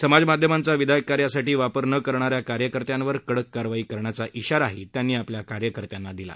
समाजमाध्यमांचा विधायक कार्यासाठी वापर न करणाऱ्या कार्यकर्त्यांवर कडक कारवाई करण्याचा इशाराही त्यांनी कार्यत्यांना दिला